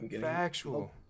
Factual